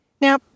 Now